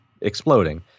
exploding